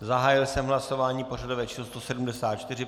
Zahájil jsem hlasování pořadové číslo 174.